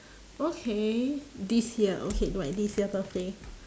okay this year okay my this year birthday